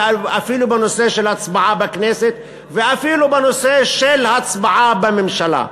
ואפילו בנושא של הצבעה בכנסת ואפילו בנושא של הצבעה בממשלה,